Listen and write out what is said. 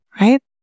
right